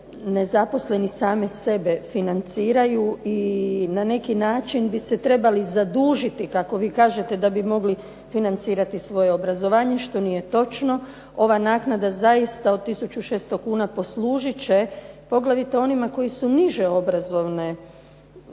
nezaposleni sami sebe financiraju i na neki način bi se trebali zadužiti, kako vi kažete, da bi mogli financirati svoje obrazovanje što nije točno. Ova naknada zaista od 1600 kuna poslužit će poglavito onima koji su niže obrazovnog